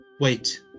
wait